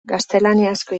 gaztelaniazko